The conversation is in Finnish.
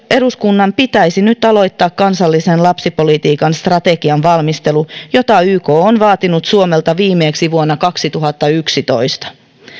eduskunnan pitäisi nyt aloittaa kansallisen lapsipolitiikan strategian valmistelu jota yk on vaatinut suomelta viimeksi vuonna kaksituhattayksitoista